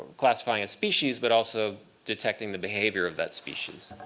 classifying a species, but also detecting the behavior of that species.